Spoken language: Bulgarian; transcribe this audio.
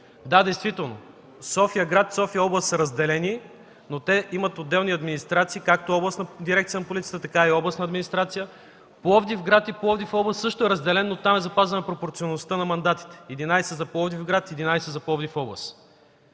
Действително София град и София област са разделени, но те имат отделни администрации – както Областна дирекция на полицията, така и Областна администрация. Пловдив град и Пловдив област също са разделени, но там е запазена пропорционалността на мандатите – 11 за Пловдив град и 11 за Пловдив област.